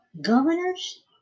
governors